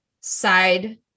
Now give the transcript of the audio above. side